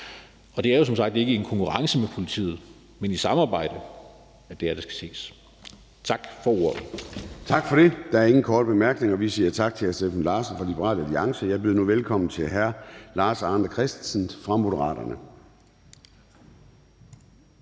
Og det er jo som sagt ikke i konkurrence, men i samarbejde med politiet, at det her skal ses. Tak for ordet. Kl. 13:19 Formanden (Søren Gade): Tak for det. Der er ingen korte bemærkninger. Vi siger tak til hr. Steffen Larsen fra Liberal Alliance. Jeg byder nu velkommen til hr. Lars Arne Christensen fra Moderaterne.